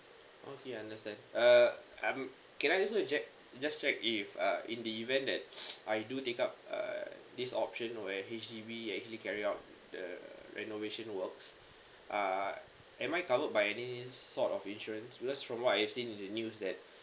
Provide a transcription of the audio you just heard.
okay understand uh I'm can I also to check just check if uh in the event that I do take up err this option where H_D_B is actually carry out the renovation works uh am I covered by this sort of insurance because from what I've seen in the news that